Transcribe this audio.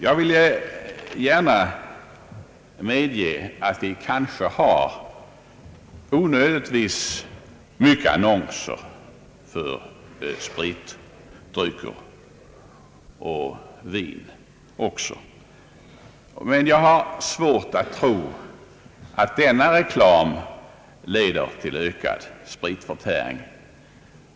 Jag ville gärna medge att vi kanske har onödigt mycket annonser för spritdrycker och vin, men jag har svårt att tro att denna reklam leder till ökad spritförtäring.